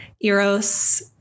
Eros